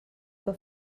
que